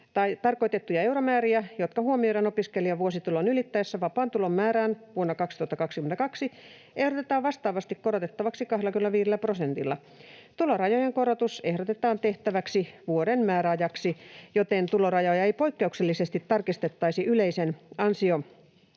tarkoitettuja euromääriä, jotka huomioidaan opiskelijan vuositulon ylittäessä vapaan tulon määrän vuonna 2022, ehdotetaan vastaavasti korotettavaksi 25 prosentilla. Tulorajojen korotus ehdotetaan tehtäväksi vuoden määräajaksi, joten tulorajoja ei poikkeuksellisesti tarkistettaisi yleisen ansiotasoindeksin